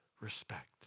respect